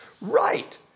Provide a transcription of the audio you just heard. right